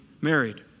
married